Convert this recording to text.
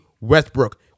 Westbrook